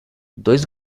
dois